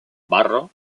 barro